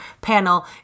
panel